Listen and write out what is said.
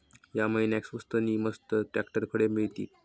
या महिन्याक स्वस्त नी मस्त ट्रॅक्टर खडे मिळतीत?